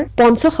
ah fund's so